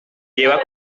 lleva